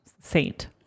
saint